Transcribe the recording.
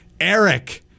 eric